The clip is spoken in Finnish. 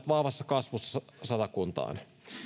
vahvassa kasvussa satakuntaan